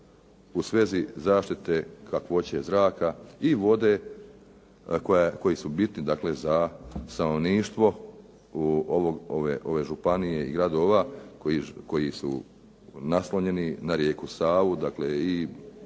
u svezi zaštite kakvoće zraka i vode koji su bitni, dakle za stanovništvo ove županije i gradova koji su naslonjeni na rijeku Savu.